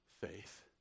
faith